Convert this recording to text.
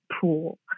pool